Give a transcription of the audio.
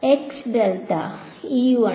വിദ്യാർത്ഥി E 1